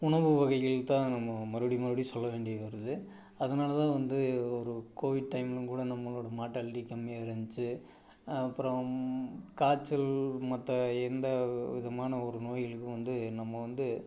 உணவு வகைகள் தான் நம்ம மறுபடி மறுபடி சொல்ல வேண்டியது வருது அதனால் தான் வந்து ஒரு கோவிட் டைமிங் கூட நம்மளோட மார்ட்டாலிட்டி கம்மியாக இருந்துச்சு அப்புறம் காய்ச்சல் மற்ற எந்த விதமான ஒரு நோய்களும் வந்து நம்ம வந்து